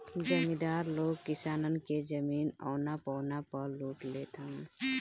जमीदार लोग किसानन के जमीन औना पौना पअ लूट लेत हवन